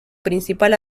principal